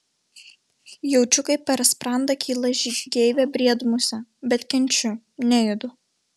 jaučiu kaip per sprandą kyla žygeivė briedmusė bet kenčiu nejudu